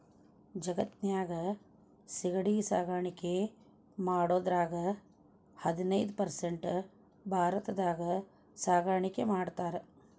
ಜಗತ್ತಿನ್ಯಾಗ ಸಿಗಡಿ ಸಾಕಾಣಿಕೆ ಮಾಡೋದ್ರಾಗ ಹದಿನೈದ್ ಪರ್ಸೆಂಟ್ ಭಾರತದಾಗ ಸಾಕಾಣಿಕೆ ಮಾಡ್ತಾರ